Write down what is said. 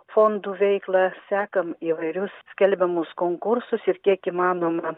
fondų veiklą sekam įvairius skelbiamus konkursus ir kiek įmanoma